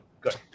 good